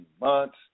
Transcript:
months